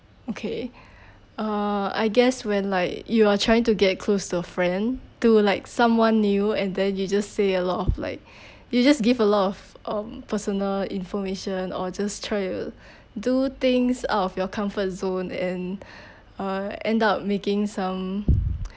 okay uh I guess when like you are trying to get close to a friend to like someone new and then you just say a lot of like you just give a lot of um personal information or just try to do things out of your comfort zone and uh end up making some